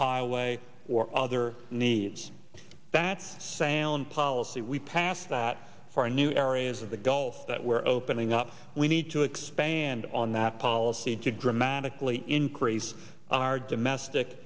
highway or other needs that's sound policy we passed that for a new areas of the gulf that we're opening up we need to expand on that policy to dramatically increase our domestic